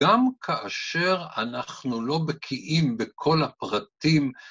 ‫גם כאשר אנחנו לא בקיאים ‫בכל הפרטים...